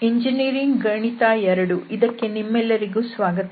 engineering ಗಣಿತ II ಇದಕ್ಕೆ ನಿಮ್ಮೆಲ್ಲರಿಗೂ ಸ್ವಾಗತ